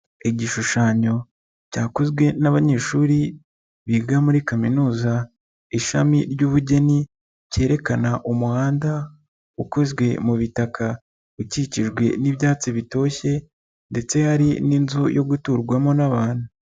Igishushanyo cyakozwe n'abanyeshuri biga muri kaminuza ishami ry'ubugeni, cyerekana umuhanda ukozwe mu bitaka, ukikijwe n'ibyatsi bitoshye ndetse hari n'inzu yo guturwamo n'abantu.